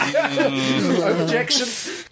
Objection